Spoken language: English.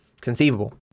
conceivable